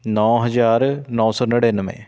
ਨੌ ਹਜ਼ਾਰ ਨੌ ਸੌ ਨੜਿਨਵੇਂ